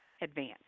advance